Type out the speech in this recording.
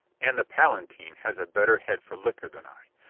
and the palatine has a better head for liquor than i.